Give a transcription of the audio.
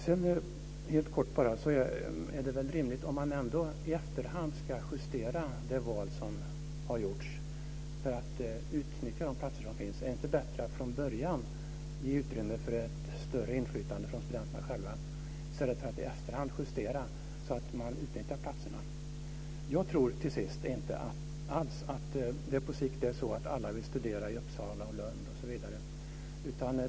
Sedan helt kort: Om man ändå i efterhand ska justera de val som har gjorts för att utnyttja de platser som finns, är det då inte bättre att från början ge utrymme för ett större inflytande från studenterna själva? Jag tror till sist inte alls att det på sikt är så att alla vill studera i Uppsala, Lund osv.